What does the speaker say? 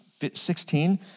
16